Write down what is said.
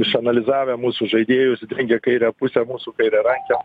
išanalizavę mūsų žaidėjus dengia kairę pusę mūsų kairiarankiam